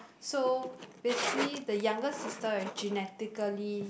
so basically the younger sister is genetically